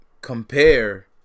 Compare